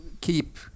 keep